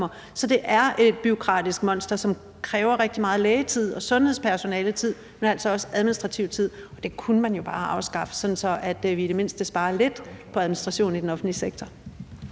Så det er et bureaukratisk monster, som kræver rigtig meget lægetid og sundhedspersonaletid, men altså også administrativ tid, og det kunne man jo bare afskaffe, sådan at vi i det mindste sparer lidt på administration i den offentlige sektor.